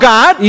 God